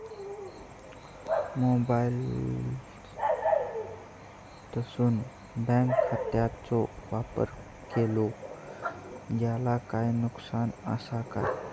मोबाईलातसून बँक खात्याचो वापर केलो जाल्या काय नुकसान असा काय?